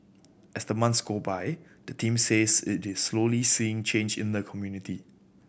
as the months go by the team says it is slowly seeing change in the community